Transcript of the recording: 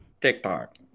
TikTok